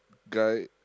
guy